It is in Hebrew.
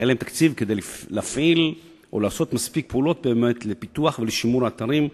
אין להם תקציב כדי להפעיל או לעשות מספיק פעולות לפיתוח ולשימור האתרים.